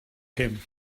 him